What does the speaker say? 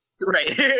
right